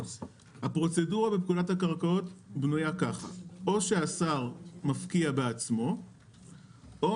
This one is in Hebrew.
הפרוצדורה בפקודת הקרקעות בנויה כך: או שהשר מפקיע בעצמו או